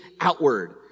outward